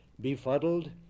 befuddled